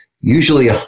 Usually